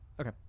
Okay